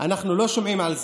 אנחנו לא שומעים על זה.